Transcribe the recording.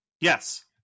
Yes